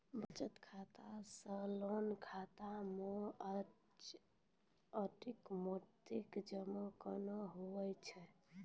बचत खाता से लोन खाता मे ओटोमेटिक जमा केना होय छै?